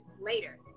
later